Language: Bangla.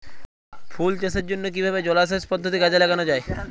ফুল চাষের জন্য কিভাবে জলাসেচ পদ্ধতি কাজে লাগানো যাই?